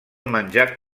menjar